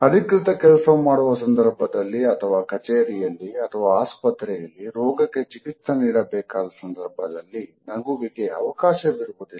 ಅಧಿಕೃತ ಕೆಲಸ ಮಾಡುವ ಸಂದರ್ಭದಲ್ಲಿ ಅಥವಾ ಕಚೇರಿಯಲ್ಲಿ ಅಥವಾ ಆಸ್ಪತ್ರೆಯಲ್ಲಿ ರೋಗಕ್ಕೆ ಚಿಕಿತ್ಸೆ ಪಡೆಯಬೇಕಾದ ಸಂದರ್ಭದಲ್ಲಿ ನಗುವಿಗೆ ಅವಕಾಶವಿರುವುದಿಲ್ಲ